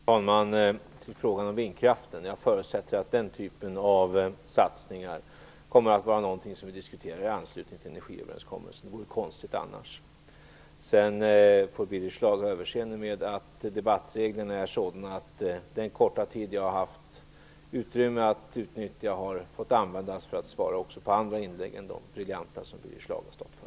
Fru talman! Först vill jag ta upp frågan om vindkraften. Jag förutsätter att den typen av satsningar kommer att diskuteras i anslutning till energiöverenskommelsen. Det vore konstigt annars. Sedan får Birger Schlaug ha överseende med att debattreglerna är sådana att den korta tid jag har kunnat utnyttja har fått användas till att svara också på andra inlägg än de briljanta som Birger Schlaug har stått för.